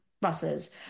buses